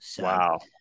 Wow